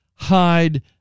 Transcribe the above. hide